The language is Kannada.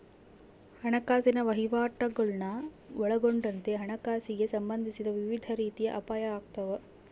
ಹಣಕಾಸಿನ ವಹಿವಾಟುಗುಳ್ನ ಒಳಗೊಂಡಂತೆ ಹಣಕಾಸಿಗೆ ಸಂಬಂಧಿಸಿದ ವಿವಿಧ ರೀತಿಯ ಅಪಾಯ ಆಗ್ತಾವ